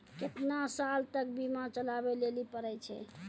केतना साल तक बीमा चलाबै लेली पड़ै छै?